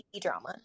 drama